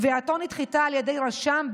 תביעתו נדחתה על ידי רשם,